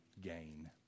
gain